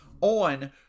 on